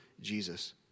Jesus